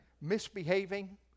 misbehaving